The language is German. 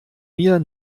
mir